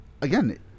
again